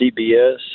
CBS